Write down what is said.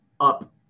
up